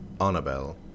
Annabelle